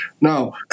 Now